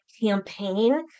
campaign